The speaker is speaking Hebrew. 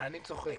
אני צוחק.